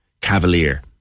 cavalier